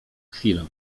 chwilę